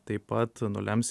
taip pat nulems